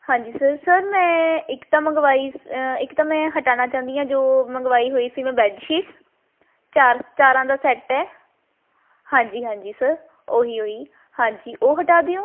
ਹਾਂਜੀ sir sir ਮੈਂ ਇੱਕ ਤਾਂ ਮੰਗਵਾਈ ਇੱਕ ਤਾਂ ਮੈਂ ਹਟਾਉਣਾ ਚਾਹੁੰਦੀ ਹਾਂ ਜੋ ਮੰਗਵਾਈ ਹੋਈ ਸੀ ਮੈਂ ਬੈੱਡਸ਼ੀਟਸ ਚਾਰ ਚਾਰਾਂ ਦਾ ਸੈੱਟ ਹੈ ਹਾਂਜੀ ਹਾਂਜੀ ਸਰ ਉਹੀ ਉਹੀ ਹਾਂਜੀ ਉਹ ਹਟਾ ਦਿਓ